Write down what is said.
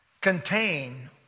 contain